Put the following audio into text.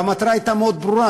והמטרה הייתה מאוד ברורה,